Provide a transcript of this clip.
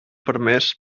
permés